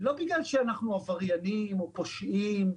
לא בגלל שאנחנו עבריינים או פושעים,